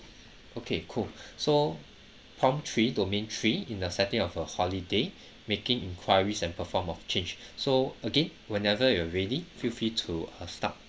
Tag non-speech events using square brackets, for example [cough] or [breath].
okay cool [breath] so prompt three domain three in the setting of a holiday making inquiries and perform of change [breath] so again whenever you're ready feel free to uh start